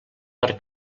per